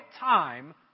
time